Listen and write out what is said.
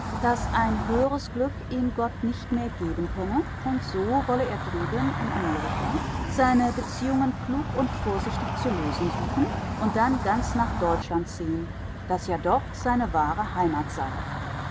daß ein höheres glück ihm gott nicht mehr geben könne und so wolle er drüben in amerika seine beziehungen klug und vorsichtig zu lösen suchen und dann ganz nach deutschland ziehen das ja doch seine wahre heimat sei